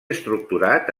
estructurat